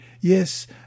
Yes